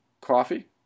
Coffee